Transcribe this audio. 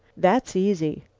that's easy.